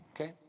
okay